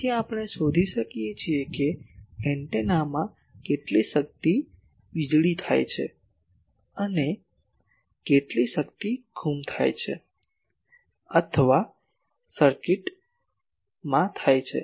તેથી આપણે શોધી શકીએ છીએ કે એન્ટેનામાં કેટલી શક્તિ વીજળી થાય છે અને કેટલી શક્તિ ગુમ થઈ છે અથવા સર્કિટમાં થાય છે